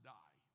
die